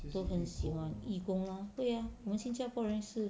都很喜欢义工 lor 对啊我们新加坡人是